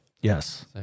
Yes